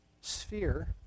sphere